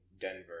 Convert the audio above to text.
Denver